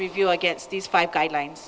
review against these five guidelines